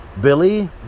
Billy